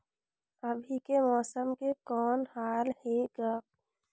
अभी के मौसम के कौन हाल हे ग?